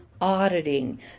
auditing